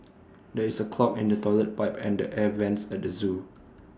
there is A clog in the Toilet Pipe and the air Vents at the Zoo